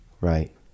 Right